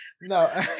No